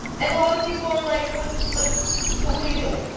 and a lot of people are like, what but but what are you doing?